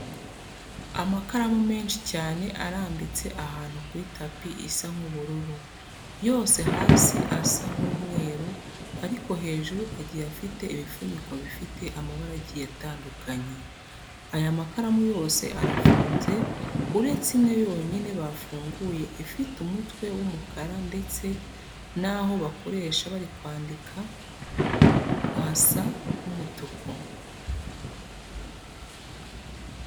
Amakaramu menshi cyane arambitse ahantu kuri tapi isa nk'ubururu, yose hasi asa nk'umweru ariko hejuru agiye afite ibifuniko bifite amabara agiye atandukanye. Aya makaramu yose arafunze uretse imwe yonyine bafunguye ifite umutwe w'umukara ndetse n'ako bakoresha bari kwandika gasa nk'umutuku.